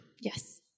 yes